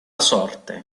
sorte